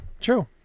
True